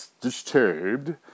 disturbed